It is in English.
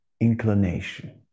inclination